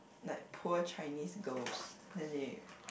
like poor Chinese girls then they